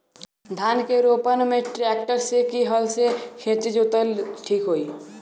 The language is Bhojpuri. धान के रोपन मे ट्रेक्टर से की हल से खेत जोतल ठीक होई?